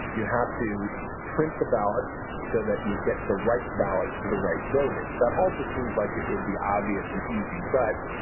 you have to print the ballots so that you get the right ballot to the right voters. that also seems like it would be obvious and easy but,